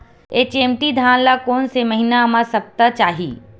HMT धान ल कोन से महिना म सप्ता चाही?